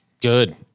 Good